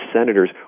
senators